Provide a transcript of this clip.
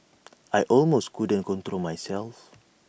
I almost couldn't control myself